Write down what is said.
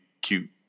cute